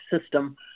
system